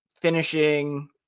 finishing